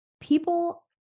people